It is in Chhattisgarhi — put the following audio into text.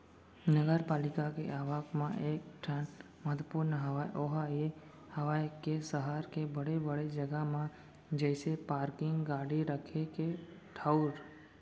नगरपालिका के आवक म एक ठन महत्वपूर्न हवय ओहा ये हवय के सहर के बड़े बड़े जगा म जइसे पारकिंग गाड़ी रखे के ठऊर